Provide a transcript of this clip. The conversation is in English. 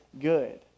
good